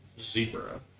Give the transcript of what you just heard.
zebra